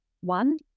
One